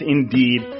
Indeed